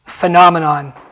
phenomenon